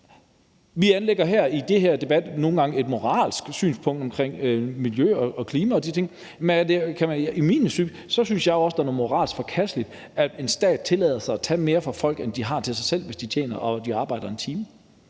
Vi anlægger her i den her debat nogle gange et moralsk synspunkt omkring miljø og klima og de ting, men jeg synes også, der er noget moralsk forkasteligt i, at en stat tillader sig at tage mere fra folk, end de får til sig selv, hvis de arbejder i en time.